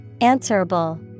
answerable